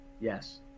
Yes